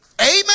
Amen